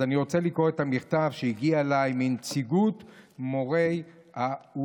אז אני רוצה לקרוא את המכתב שהגיע אליי מנציגות מורי האולפנים.